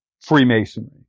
Freemasonry